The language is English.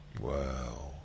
Wow